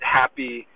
happy